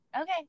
okay